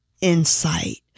insight